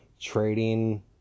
trading